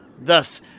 Thus